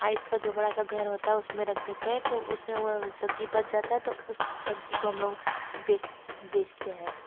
ice का जो बड़ा सा घर होता है उसमें रख देते हैं तो उसमें वह सब्जी बच जाता है तो उस सब्जी को हम लोग बेचते हैं